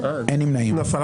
הצבעה לא אושרה נפל.